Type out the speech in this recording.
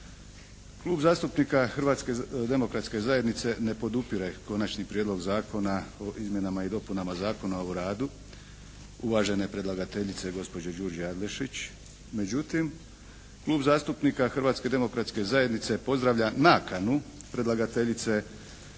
Klub zastupnika Hrvatske demokratske zajednice ne podupire Konačni prijedlog zakona o izmjenama i dopunama Zakona o radu uvažene predlagateljice gospođe Đurđe Adlešić međutim Klub zastupnika Hrvatske demokratske zajednice pozdravlja nakanu predlagateljice da se na kvalitetan